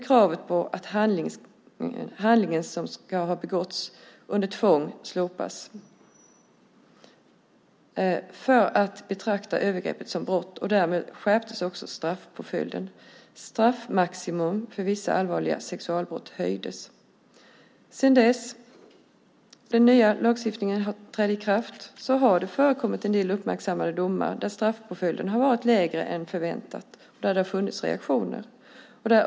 Kravet på att handlingen ska ha begåtts under tvång slopades för att betrakta övergreppet som brott. Därmed skärptes också straffpåföljden. Straffmaximum för vissa allvarliga sexualbrott höjdes. Sedan den nya lagstiftningen trädde i kraft har det förekommit en del uppmärksammade domar där straffpåföljden har varit lägre än förväntat och där det har funnits reaktioner.